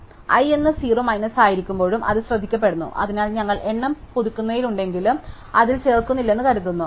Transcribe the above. അതിനാൽ i എന്ന 0 minus ആയിരിക്കുമ്പോഴും അത് ശ്രദ്ധിക്കപ്പെടുന്നു അതിനാൽ ഞങ്ങൾ എണ്ണം പുതുക്കുന്നുണ്ടെങ്കിലും ഞങ്ങൾ അതിൽ ചേർക്കുന്നില്ലെന്ന് കരുതുന്നു